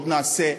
ועוד נעשה,